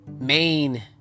main